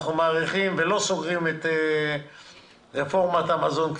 אנחנו מאריכים ולא סוגרים את רפורמת המזון,